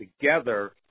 together